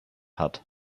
hat